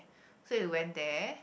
so we went there